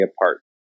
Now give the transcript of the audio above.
apart